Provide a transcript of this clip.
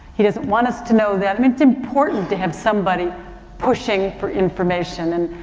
he doesn't want us to know that. i mean, it's important to have somebody pushing for information and,